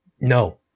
no